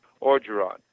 Orgeron